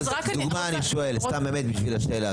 דוגמה אני שואל, סתם באמת בשביל השאלה.